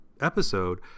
episode